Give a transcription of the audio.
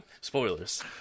Spoilers